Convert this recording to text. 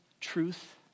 truth